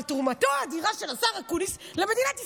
תרומתו האדירה של השר אקוניס למדינת ישראל,